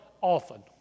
often